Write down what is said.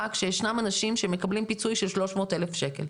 כשישנם אנשים שמקבלים פיצוי של 300,000 שקל.